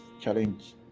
challenge